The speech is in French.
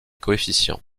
coefficients